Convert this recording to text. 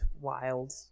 wild